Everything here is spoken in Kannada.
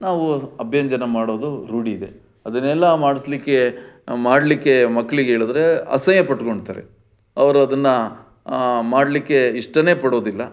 ನಾವು ಅಭ್ಯಂಜನ ಮಾಡೋದು ರೂಢಿ ಇದೆ ಅದನ್ನೆಲ್ಲ ಮಾಡಿಸ್ಲಿಕ್ಕೆ ಮಾಡಲಿಕ್ಕೆ ಮಕ್ಕಳಿಗೇಳಿದ್ರೆ ಅಸಹ್ಯ ಪಟ್ಕೊಳ್ತಾರೆ ಅವ್ರು ಅದನ್ನು ಮಾಡಲಿಕ್ಕೆ ಇಷ್ಟನೇ ಪಡೋದಿಲ್ಲ